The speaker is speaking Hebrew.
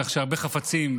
כך שהרבה חפצים,